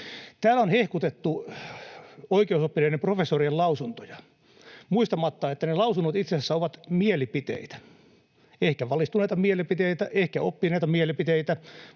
Täällä on hehkutettu oikeusoppineiden professorien lausuntoja muistamatta, että ne lausunnot itse asiassa ovat mielipiteitä — ehkä valistuneita mielipiteitä, ehkä oppineita mielipiteitä,